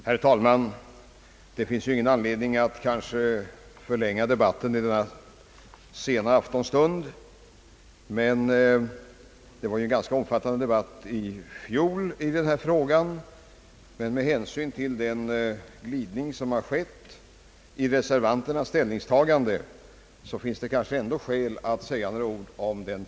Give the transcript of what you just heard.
Herr talman! Det finns kanske ingen anledning att förlänga debatten i denna sena aftonstund, ty vi hade ju en ganska omfattande debatt i fjol i den här frågan. Med hänsyn till den glidning som har skett i fråga om reservanternas ställningstagande anser jag emellertid att det ändå finns skäl att säga några ord.